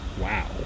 Wow